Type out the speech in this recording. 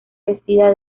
vestida